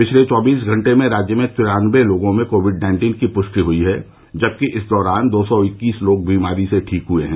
पिछले चौबीस घंटे में राज्य में तिरानबे लोगों में कोविड नाइन्टीन की पुष्टि हयी है जबकि इस दौरान दो सौ इक्कीस लोग बीमारी से ठीक हए हैं